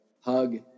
hug